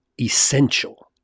essential